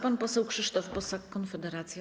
Pan poseł Krzysztof Bosak, Konfederacja.